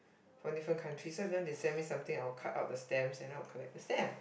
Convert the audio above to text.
from different countries so every time they send me something I will cut out the stamps and I will collect the stamps